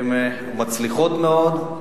הן מצליחות מאוד,